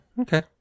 okay